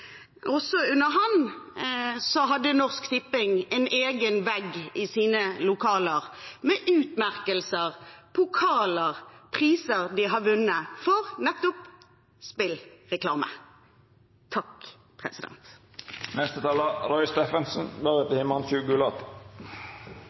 en egen vegg i sine lokaler med utmerkelser, pokaler og priser de hadde vunnet for nettopp